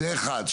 זה אחד.